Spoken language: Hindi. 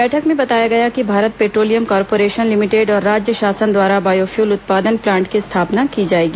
बैठक में बताया गया कि भारत पेट्रोलियम कार्पोरेशन लिमिटेड और राज्य शासन द्वारा बायोफ्यूल उत्पादन प्लांट की स्थापना की जाएगी